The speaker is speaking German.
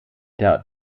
der